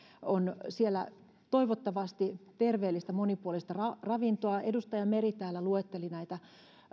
on siellä toivottavasti terveellistä monipuolista ravintoa edustaja meri täällä luetteli näitä